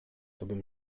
tobym